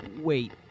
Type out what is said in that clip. Wait